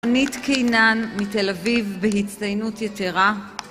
...נית קיינן מתל אביב בהצטיינות יתרה